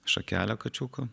šakelę kačiukų